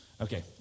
Okay